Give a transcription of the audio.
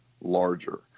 larger